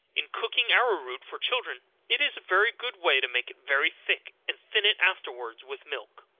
in cooking arrow-root for children, it is a very good way to make it very thick, and thin it afterwards with milk.